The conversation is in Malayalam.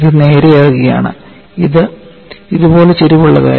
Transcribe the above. ഇത് നേരെയാകുകയാണ് ഇത് ഇതുപോലെ ചരിവുള്ളതായിരുന്നു